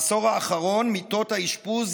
בעשור האחרון מיטות האשפוז,